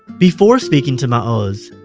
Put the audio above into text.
before speaking to maoz,